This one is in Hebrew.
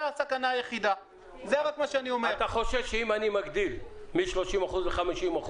אתה חושש שאם אני מגדיל מ-30% ל-50%,